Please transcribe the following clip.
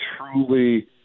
truly